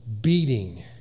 beating